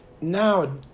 Now